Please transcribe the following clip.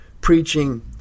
preaching